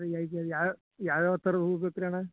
ಅಂದರೆ ಈಗ ಯಾವ ಯಾವ್ಯಾವ ಥರ ಹೂ ಬೇಕು ರೀ ಅಣ್ಣ